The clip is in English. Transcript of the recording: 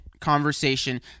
Conversation